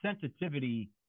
sensitivity